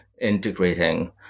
integrating